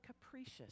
capricious